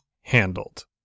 handled